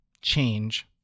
change